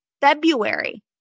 February